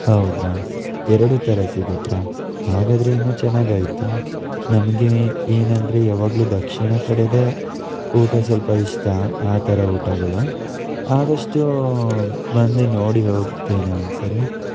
ಹೌದಾ ಎರಡೂ ಥರ ಸಿಗುತ್ತಾ ಹಾಗಾದರೆ ಇನ್ನೂ ಚೆನ್ನಾಗಾಯ್ತು ನಮಗೆ ಏನಂದರೆ ಯಾವಾಗ್ಲೂ ದಕ್ಷಿಣ ಕಡೆದೇ ಊಟ ಸ್ವಲ್ಪ ಇಷ್ಟ ಆ ಥರ ಊಟಗಳು ಆದಷ್ಟು ಬಂದು ನೋಡಿ ಹೋಗ್ತೇನೆ ಒಂದು ಸಾರಿ